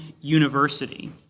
University